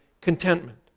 contentment